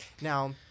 Now